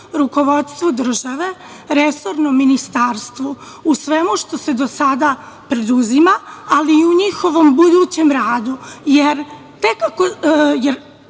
rukovodstvu države, resornom ministarstvu, u svemu što se do sada preduzima, ali i u njihovom budućem radu.